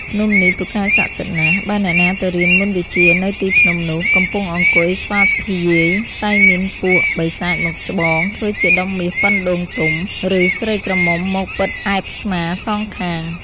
ភ្នំនេះ ពូកែស័ក្តិសិទ្ធិណាស់ បើអ្នកណាទៅរៀនមន្តវិជ្ជានៅទីភ្នំនោះ កំពុងអង្គុយស្វាធ្យាយ តែងមានពួក បិសាចមកច្បងធ្វើជាដុំមាសប៉ុនដូងទុំ ឬស្រីក្រមុំមកពិតអែបស្មាសងខាង។